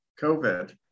covid